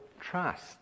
trust